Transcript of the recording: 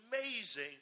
amazing